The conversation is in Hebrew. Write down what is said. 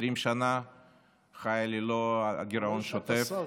שנה חיה ללא גירעון שוטף,